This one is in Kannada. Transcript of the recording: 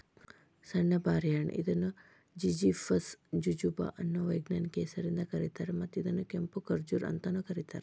ಸಣ್ಣು ಬಾರಿ ಹಣ್ಣ ಇದನ್ನು ಜಿಝಿಫಸ್ ಜುಜುಬಾ ಅನ್ನೋ ವೈಜ್ಞಾನಿಕ ಹೆಸರಿಂದ ಕರೇತಾರ, ಮತ್ತ ಇದನ್ನ ಕೆಂಪು ಖಜೂರ್ ಅಂತಾನೂ ಕರೇತಾರ